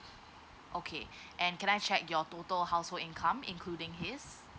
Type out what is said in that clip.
okay and can I check your total household income including his